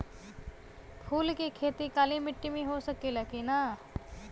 फूल के खेती काली माटी में हो सकेला की ना?